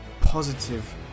positive